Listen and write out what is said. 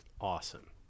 awesome